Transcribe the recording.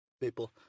people